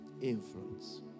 Influence